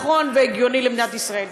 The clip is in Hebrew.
נכון והגיוני למדינת ישראל.